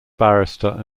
barrister